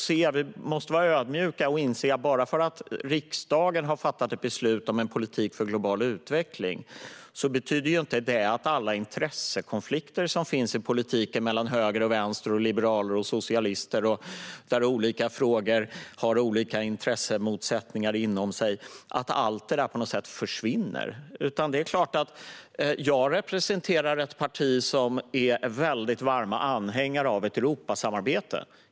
Men vi måste vara ödmjuka och inse att bara för att riksdagen har fattat beslut om en politik för global utveckling betyder det inte att alla intressekonflikter i politiken - mellan höger och vänster, liberaler och socialister i olika frågor - bara försvinner. Jag representerar ett parti som är varm anhängare av ett Europasamarbete.